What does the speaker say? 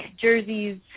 jerseys